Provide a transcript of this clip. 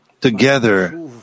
together